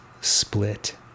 split